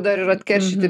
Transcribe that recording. dar ir atkeršyti